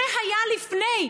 זה היה לפני.